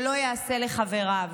שלא יעשה לחבריו,